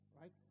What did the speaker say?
right